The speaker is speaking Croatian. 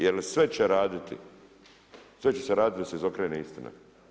Jer sve će raditi, sve će se raditi da se izokrene istina.